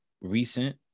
recent